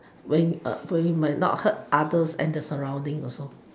when when it might not hurt others and the surroundings also